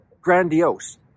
grandiose